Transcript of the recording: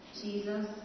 Jesus